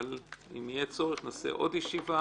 אבל אם יהיה צורך נקיים עוד ישיבה.